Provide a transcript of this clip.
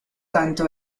tanto